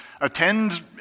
attend